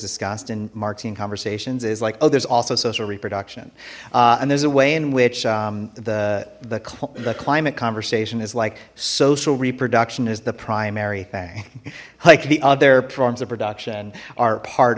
discussed in marxian conversations is like oh there's also social reproduction and there's a way in which the the climate conversation is like social reproduction is the primary thing like the other forms of production are part